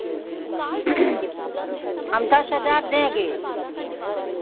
हम दस हज़ार देंगे